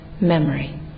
memory